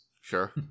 Sure